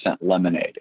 lemonade